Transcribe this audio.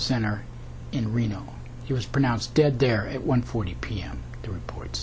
center in reno he was pronounced dead there at one forty p m reports